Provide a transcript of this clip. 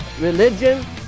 religion